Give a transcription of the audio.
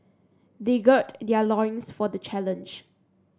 they gird their loins for the challenge